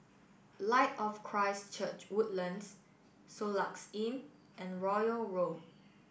Light of Christ Church Woodlands Soluxe Inn and Royal Road